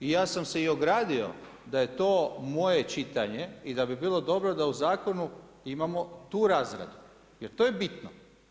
I ja sam se i ogradio da je to moje čitanje i da bi bilo dobro da u zakonu imamo tu razradu jer to je bino.